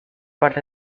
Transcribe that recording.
parte